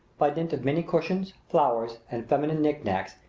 by dint of many cushions, flowers, and feminine knickknacks,